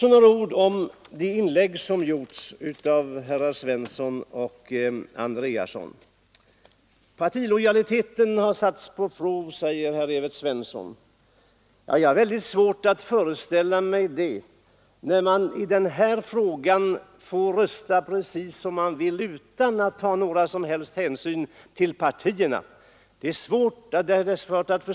Så några ord om de inlägg som har gjorts av herrar Svensson i Kungälv och Andreasson i Östra Ljungby. Partilojaliteten har satts på prov, säger herr Evert Svensson. Jag har väldigt svårt att föreställa mig det, när man i den här frågan får rösta precis som man vill utan att ta några som helst hänsyn till partierna.